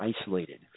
isolated